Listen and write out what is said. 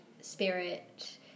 spirit